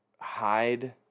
hide